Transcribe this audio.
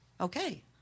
okay